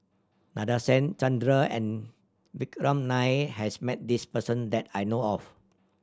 Nadasen Chandra and Vikram Nair has met this person that I know of